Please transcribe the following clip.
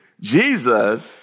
Jesus